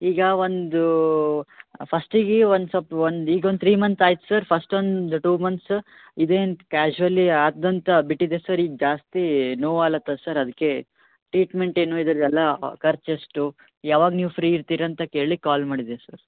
ಈಗ ಒಂದು ಫಸ್ಟಿಗಿ ಒನ್ ಸ್ವಲ್ಪ್ ಒಂದು ಈಗ ಒಂದು ತ್ರೀ ಮಂತ್ ಆಯ್ತು ಸರ್ ಫಸ್ಟ್ ಒಂದು ಟು ಮಂತ್ಸ್ ಇದೇನು ಕ್ಯಾಶ್ವಲಿ ಆದಂತೆ ಬಿಟ್ಟಿದೆ ಸರ್ ಈಗ ಜಾಸ್ತಿ ನೋವಾಗ್ಲತ್ತದ ಸರ್ ಅದ್ಕೆ ಟ್ರೀಟ್ಮೆಂಟೇನು ಇದರ್ದೆಲ್ಲಾ ಖರ್ಚು ಎಷ್ಟು ಯಾವಾಗ ನೀವು ಫ್ರೀ ಇರ್ತೀರಂತ ಕೇಳಿಲಿಕ್ ಕಾಲ್ ಮಾಡಿದ್ದೆ ಸರ್